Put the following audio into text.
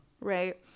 right